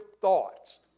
thoughts